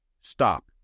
stop